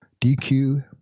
DQ